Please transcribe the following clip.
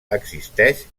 existeix